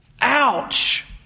Ouch